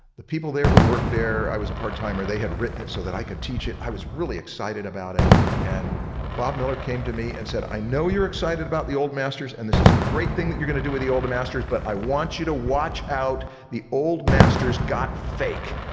the people there who worked there i was a part-timer, they had written it so that i could teach it. i was really excited about it and bob miller came to me and said i know you're excited about the old masters and this is a great thing that you're gonna do with the old masters but i want you to watch out the old masters got fake.